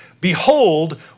Behold